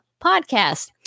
podcast